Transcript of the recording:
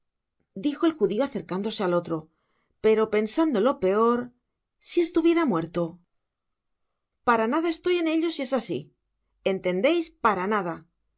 dijo el judio acercándose al otro pero pensando lo peor si estuviera muerto para nada estoy en ello si es asi entendeis para nada